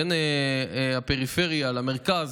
בין הפריפריה למרכז,